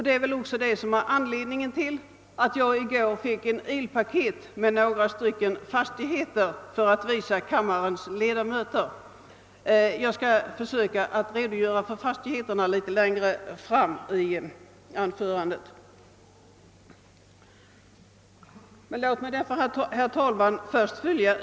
Det är väl dessa debatter som är anledningen till att jag i går fick ett ilpaket med handlingar angående en del fastigheter. Litet längre fram i mitt anförande skall jag redogöra för dessa fastigheter.